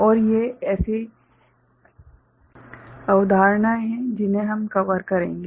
और ये ऐसी अवधारणाएँ हैं जिन्हें हम कवर करेंगे